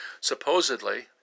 supposedly